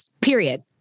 period